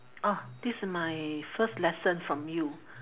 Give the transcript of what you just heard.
ah this my first lesson from you